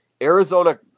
Arizona